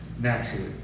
naturally